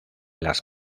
las